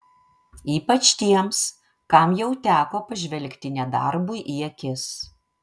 ypač tiems kam jau teko pažvelgti nedarbui į akis